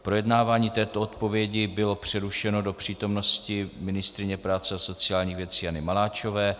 Projednávání této odpovědi bylo přerušeno do přítomnosti ministryně práce a sociálních věcí Jany Maláčové.